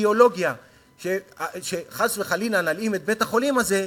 אידיאולוגיה שחס וחלילה אם נלאים את בית-החולים הזה,